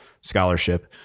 Scholarship